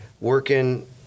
working